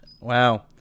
Wow